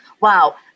Wow